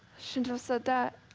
shouldn't have said that.